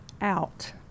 out